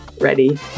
ready